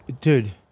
Dude